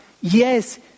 yes